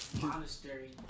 Monastery